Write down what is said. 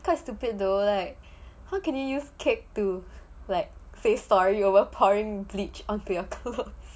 it's quite stupid though like how can you use cake to like say sorry over pouring bleach onto your clothes